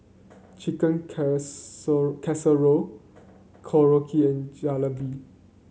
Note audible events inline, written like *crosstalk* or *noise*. Chicken *unintelligible* Casserole Korokke and Jalebi